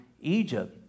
Egypt